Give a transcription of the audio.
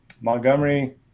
Montgomery